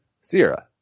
Sierra